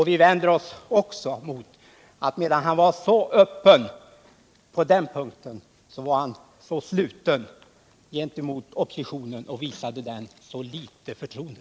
Vi vänder oss också mot att medan han var öppen på den punkten, var han sluten gentemot oppositionen och visade den litet förtroende.